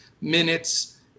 minutes